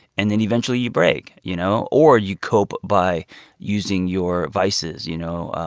and then eventually, you break, you know? or you cope by using your vices, you know,